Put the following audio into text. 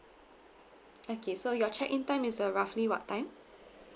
okay so your check in time is uh roughly what time